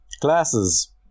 glasses